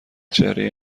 چهره